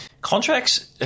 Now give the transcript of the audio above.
Contracts